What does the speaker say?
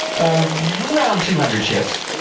of around two hundred ships,